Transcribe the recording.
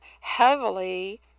heavily